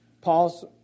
Paul's